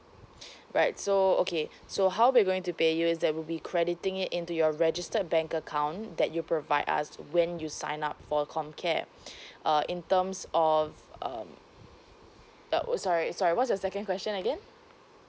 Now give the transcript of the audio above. right so okay so how we going to pay you is that we'll be crediting it into your registered bank account that you provide us when you sign up for com care uh in terms of um uh sorry sorry what's your second question again